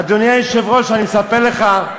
אדוני היושב-ראש, אני מספר לך,